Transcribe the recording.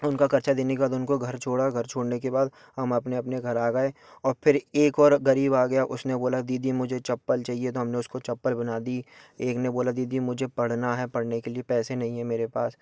उनका खर्चा देने के बाद उनको घर छोड़ा घर छोड़ने के बाद हम अपने अपने घर आ गए और फ़िर एक और गरीब आ गया उसने बोला दीदी मुझे चप्पल चाहिए तो हमने उसको चप्पल पहना दी एक ने बोला दीदी मुझे पढ़ना है पढ़ने के लिए पैसे नहीं है मेरे पास